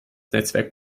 netzwerk